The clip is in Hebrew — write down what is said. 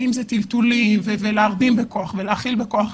היו טלטולים, להאכיל בכוח.